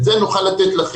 את זה נוכל לתת לכם.